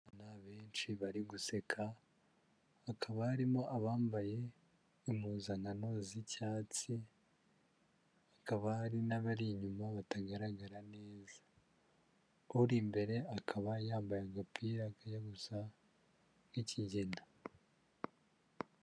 Abana benshi bari guseka hakaba harimo abambaye impuzankano z'icyatsi hakaba hari n'abari inyuma batagaragara neza, uri imbere akaba yambaye agapira kajya gusa nk'ikigina.